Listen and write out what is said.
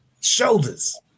shoulders